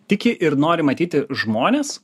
tiki ir nori matyti žmones